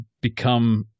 become